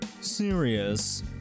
serious